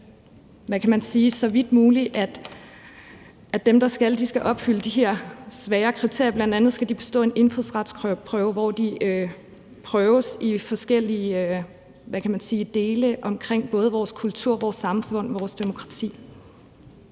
fastsat dem, så dem, der vil have statsborgerskab, skal opfylde de her svære kriterier; bl.a. skal de bestå en indfødsretsprøve, hvor de prøves i forskellige dele af både vores kultur, vores samfund og vores demokrati.